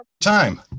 time